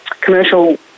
commercial